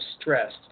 stressed